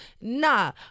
Nah